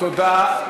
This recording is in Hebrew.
תודה.